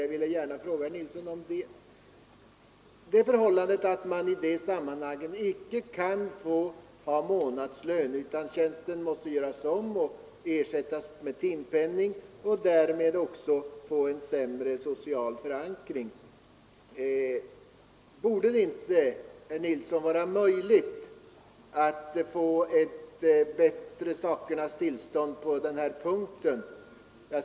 Jag vill påpeka för herr Nilsson att man icke kan få månadslön på sådana tjänster utan endast timpenning. Därmed får arbetstagaren också en sämre social förankring. Borde det inte, herr Nilsson, vara möjligt att få ett bättre tingens tillstånd på denna punkt?